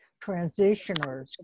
transitioners